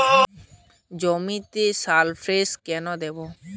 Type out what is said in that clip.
জমিতে সালফেক্স কেন দেবো?